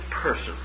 person